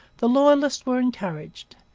the loyalists were encouraged.